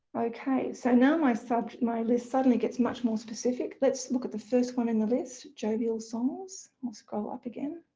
okay, so now my sub, my list suddenly gets much more specific. let's look at the first one in the list jovial songs. i'll scroll up again,